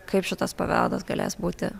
kaip šitas paveldas galės būti